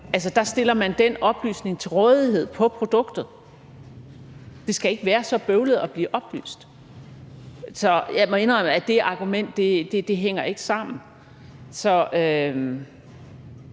der stiller man den oplysning til rådighed på produktet. Det skal ikke være så bøvlet at blive oplyst, så jeg må indrømme, at det argument ikke hænger sammen.